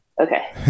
Okay